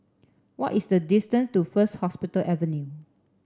what is the distance to First Hospital Avenue